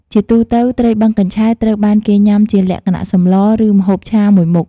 ជាទូទៅ ត្រីបឹងកញ្ឆែតត្រូវបានគេញ៉ាំជាលក្ខណៈសម្លរ ឬម្ហូបឆាមួយមុខ។